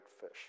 fish